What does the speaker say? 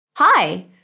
Hi